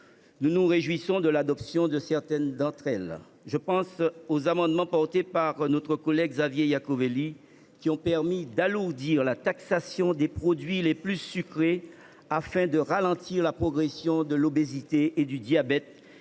Nous nous réjouissons de l’adoption de plusieurs d’entre elles. Je pense aux amendements de notre collègue Xavier Iacovelli, qui ont permis d’alourdir la taxation des produits les plus sucrés, afin de ralentir la progression de l’obésité et du diabète